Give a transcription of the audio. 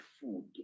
food